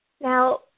Now